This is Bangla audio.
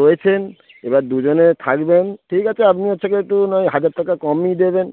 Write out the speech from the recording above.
রয়েছেন এবার দুজনে থাকবেন ঠিক আছে আপনি হচ্ছে একটু নয় হাজার টাকা কমই দেবেন